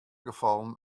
gefallen